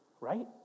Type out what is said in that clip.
right